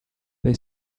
they